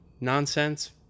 nonsense